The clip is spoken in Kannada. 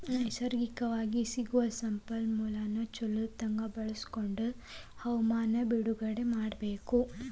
ನೈಸರ್ಗಿಕವಾಗಿ ಸಿಗು ಸಂಪನ್ಮೂಲಾನ ಚುಲೊತಂಗ ಬಳಸಕೊಂಡ ಹವಮಾನ ಬದಲಾವಣೆ ತಡಿಯುದು